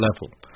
level